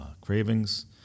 cravings